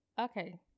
Okay